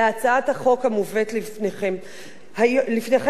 להצעת החוק שמובאת לפניכם היום.